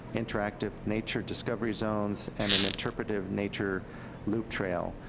interactive nature discovery zones, and an interpretive nature loop trail.